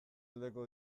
aldeko